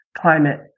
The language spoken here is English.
climate